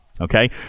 Okay